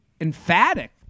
emphatic